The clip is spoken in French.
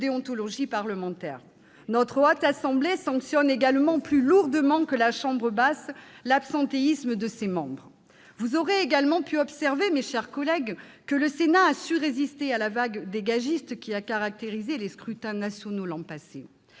déontologie parlementaire. Eh oui ! Notre Haute Assemblée sanctionne également plus lourdement que la chambre basse l'absentéisme de ses membres. Vous aurez en outre pu observer, mes chers collègues, que le Sénat a su résister à la vague « dégagiste » qui a caractérisé les scrutins nationaux de l'an passé.